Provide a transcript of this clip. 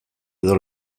edo